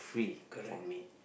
correct